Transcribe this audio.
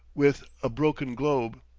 with a broken globe,